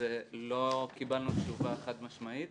לא קיבלנו תשובה חד משמעית,